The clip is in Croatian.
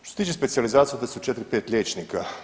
Što se tiče specijalizacije to su 4-5 liječnika.